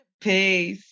Peace